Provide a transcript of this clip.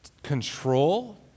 control